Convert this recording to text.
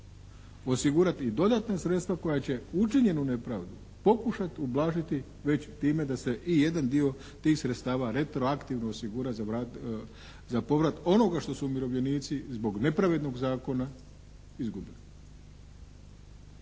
osigurati i dodatna sredstva koja će učinjenu nepravdu pokušati ublažiti već time da se i jedan dio tih sredstava retroaktivno osigura za povrat onoga što su umirovljenici zbog nepravednog zakona izgubili.